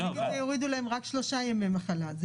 יורידו להם רק שלושה ימי מחלה.